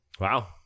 Wow